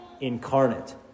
incarnate